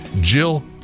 Jill